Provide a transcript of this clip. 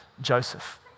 Joseph